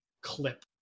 clip